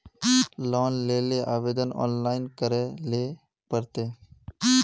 Loan लेले आवेदन online करे ले पड़ते?